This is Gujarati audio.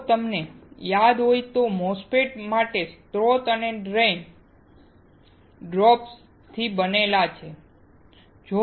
જો તમને યાદ હોય તો MOSFET માટે સ્રોત અને ડ્રેઇન ડોપન્ટ્સ થી બનેલા છે